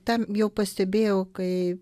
tam jau pastebėjau kai